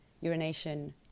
urination